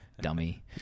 Dummy